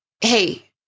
Hey